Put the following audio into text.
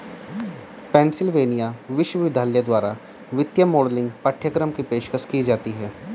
Pennsylvania विश्वविद्यालय द्वारा वित्तीय मॉडलिंग पाठ्यक्रम की पेशकश की जाती हैं